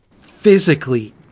physically